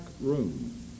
room